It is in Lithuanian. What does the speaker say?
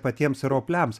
patiems ropliams